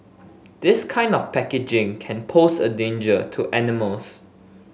this kind of packaging can pose a danger to animals